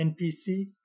NPC